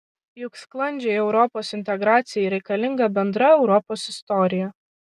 juk sklandžiai europos integracijai reikalinga bendra europos istorija